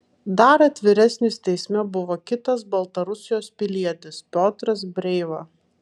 dar atviresnis teisme buvo kitas baltarusijos pilietis piotras breiva